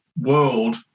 world